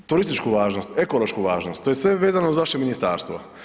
Turističku važnost, ekološku važnost, to je sve vezano uz vaše ministarstvo.